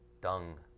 Dung